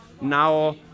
now